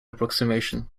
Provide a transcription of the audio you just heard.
approximation